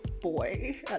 boy